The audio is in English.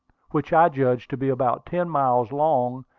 which i judged to be about ten miles long,